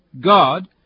God